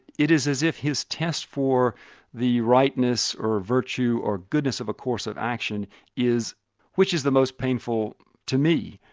it is as if his test wore the rightness or virtue or goodness of a course of action is which is the most painful to me,